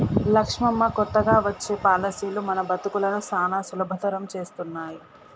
లక్ష్మమ్మ కొత్తగా వచ్చే పాలసీలు మన బతుకులను సానా సులభతరం చేస్తున్నాయి